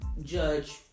judge